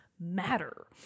matter